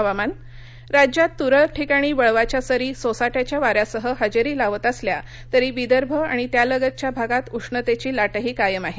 हवामान राज्यात तुरळक ठिकाणी वळवाच्या सरी सोसाट्याच्या वाऱ्यासह हजेरी लावत असल्या तरी विदर्भ आणि त्यालगतच्या भागात उष्णतेची लाटही कायम आहे